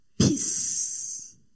Peace